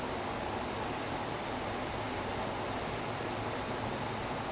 like I I only remember meals like based on the vibes I had in that meal